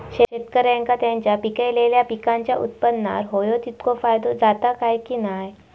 शेतकऱ्यांका त्यांचा पिकयलेल्या पीकांच्या उत्पन्नार होयो तितको फायदो जाता काय की नाय?